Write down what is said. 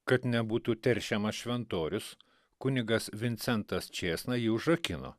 kad nebūtų teršiamas šventorius kunigas vincentas čėsna jį užrakino